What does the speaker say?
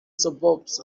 suburbs